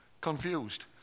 confused